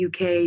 UK